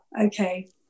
okay